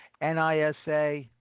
NISA